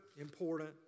important